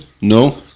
No